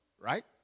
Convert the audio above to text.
right